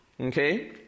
okay